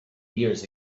years